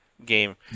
game